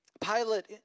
Pilate